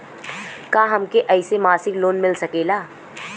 का हमके ऐसे मासिक लोन मिल सकेला?